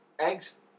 Eggs